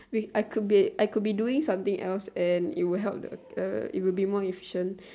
we I could be I could be doing something else and it will help the uh it would be more efficient